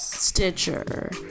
Stitcher